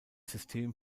system